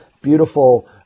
beautiful